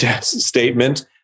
statement